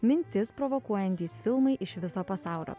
mintis provokuojantys filmai iš viso pasaulio